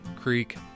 creek